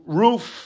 roof